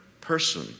person